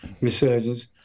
resurgence